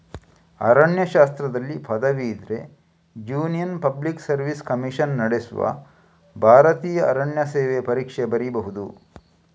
ಅರಣ್ಯಶಾಸ್ತ್ರದಲ್ಲಿ ಪದವಿ ಇದ್ರೆ union public service commission ನಡೆಸುವ ಭಾರತೀಯ ಅರಣ್ಯ ಸೇವೆ ಪರೀಕ್ಷೆ ಬರೀಬಹುದು